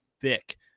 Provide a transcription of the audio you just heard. thick